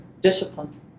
discipline